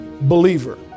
believer